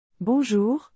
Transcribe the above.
Bonjour